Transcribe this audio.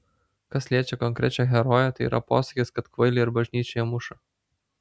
kas liečia konkrečią heroję tai yra posakis kad kvailį ir bažnyčioje muša